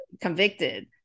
convicted